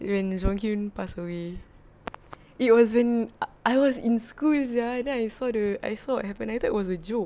when jonghyun pass away it was when I was in school sia then I saw the I saw what happened I thought was a joke